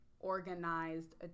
organized